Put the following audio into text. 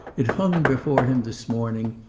it hung before him this morning,